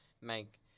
make